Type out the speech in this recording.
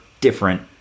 different